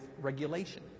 regulation